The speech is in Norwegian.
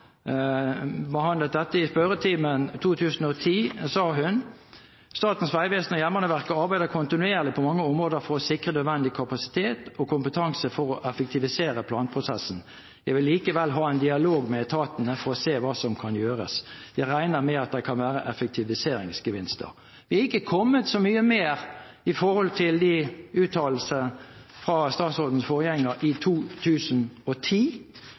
dette i en spørretime i 2010, sa hun: «Statens vegvesen og Jernbaneverket arbeider kontinuerleg på mange område for å sikra nødvendig kapasitet og kompetanse for å effektivisera planprosessen. Eg vil likevel ha ein dialog med etatane om kva som kan gjerast . Eg reknar med at det kan vera effektiviseringsgevinstar Vi er ikke kommet så mye lenger etter disse uttalelsene fra statsrådens forgjenger i 2010.